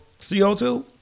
CO2